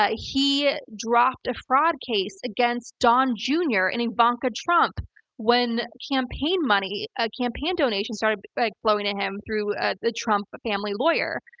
ah he dropped a fraud case against don, jr. and ivanka trump when campaign money, ah campaign donations started like flowing to him through ah the trump family lawyer.